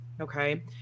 okay